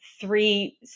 three